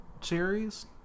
series